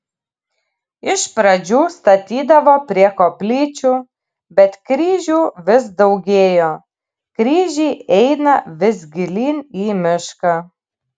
iš pradžių statydavo prie koplyčių bet kryžių vis daugėjo kryžiai eina vis gilyn į mišką